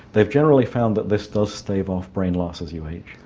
they've generally found that this does stave off brain loss as you age.